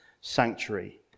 sanctuary